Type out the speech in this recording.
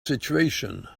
situation